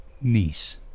niece